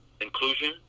inclusion